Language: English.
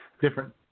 different